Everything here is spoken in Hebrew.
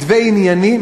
מתווה ענייני,